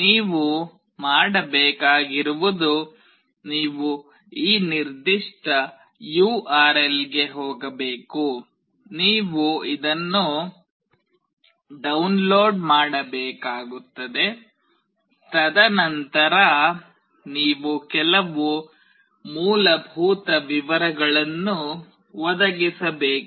ನೀವು ಮಾಡಬೇಕಾಗಿರುವುದು ನೀವು ಈ ನಿರ್ದಿಷ್ಟ URL ಗೆ ಹೋಗಬೇಕು ನೀವು ಇದನ್ನು ಡೌನ್ಲೋಡ್ ಮಾಡಬೇಕಾಗುತ್ತದೆ ತದನಂತರ ನೀವು ಕೆಲವು ಮೂಲಭೂತ ವಿವರಗಳನ್ನು ಒದಗಿಸಬೇಕು